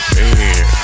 Man